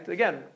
Again